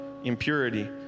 impurity